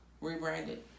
Rebranded